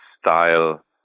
style